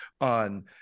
on